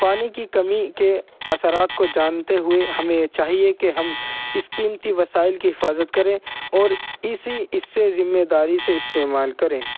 پانی کی کمی کے اثرات کو جانتے ہوئے ہمیں یہ چاہیے کہ ہم اس قیمتی وسائل کی حفاظت کریں اور اسی اس سے ذمے داری سے استعمال کریں